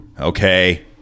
okay